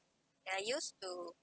I used to